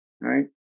Right